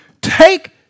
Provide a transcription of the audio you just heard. take